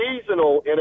seasonal